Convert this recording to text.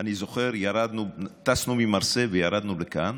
אני זוכר שטסנו ממרסיי וירדנו לכאן,